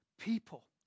people